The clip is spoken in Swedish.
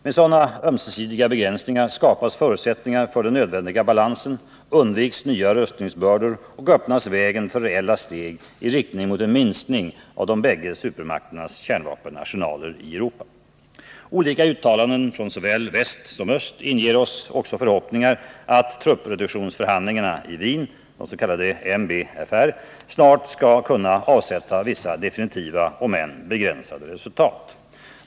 Med sådana ömsesidiga begränsningar skapas förutsättningar för den nödvändiga balansen, undviks nya rustningsbördor och öppnas vägen för reella steg i riktning mot en minskning av de bägge supermakternas kärnvapenarsenaler i Europa. Olika uttalanden från såväl väst som öst inger oss också förhoppningar om att truppreduktionsförhandlingarna i Wien snart skall kunna avsätta vissa definitiva om än begränsade resultat.